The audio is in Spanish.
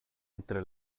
entre